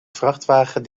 vrachtwagen